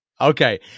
Okay